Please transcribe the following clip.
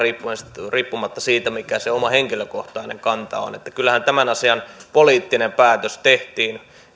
riippumatta siitä mikä se oma henkilökohtainen kanta on kyllähän tämän asian poliittinen päätös tehtiin